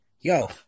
Yo